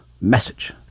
Message